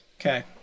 Okay